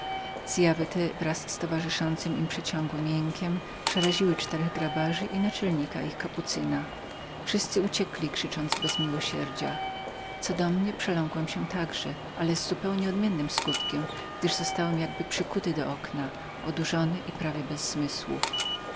te wraz z towarzyszącym im przeciągłym jękiem przeraziły czterech grabarzów i naczelnika ich kapucyna wszyscy uciekli krzycząc bez miłosierdzia co do mnie także przeląkłem się ale z zupełnie odmiennym skutkiem gdyż zostałem jakby przykuty do okna odurzony i prawie bez zmysłów